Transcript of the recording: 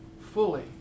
fully